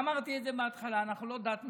ואמרתי את זה מהתחלה: אנחנו לא דת מיסיונרית.